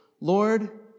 Lord